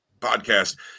podcast